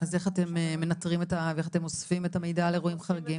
אז איך אתם מנטרים ואוספים את המידע על אירועים חריגים?